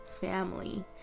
family